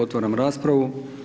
Otvaram raspravu.